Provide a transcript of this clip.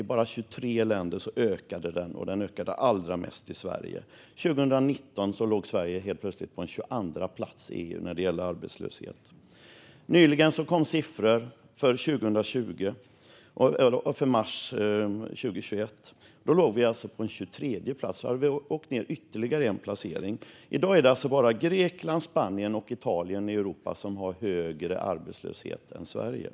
I bara tre länder ökade den, och den ökade allra mest i Sverige. År 2019 låg Sverige helt plötsligt på 22:a plats i EU när det gäller arbetslöshet. Nyligen kom siffror för mars 2021, och då låg vi på 23:e plats och hade alltså åkt ned ytterligare en placering. I dag är det bara Grekland, Spanien och Italien i Europa som har högre arbetslöshet än Sverige.